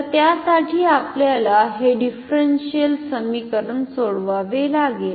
तर त्यासाठी आपल्याला हे डिफरनशिअल समीकरण सोडवावे लागेल